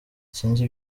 sinzi